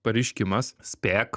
pareiškimas spėk